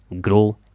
Grow